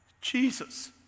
Jesus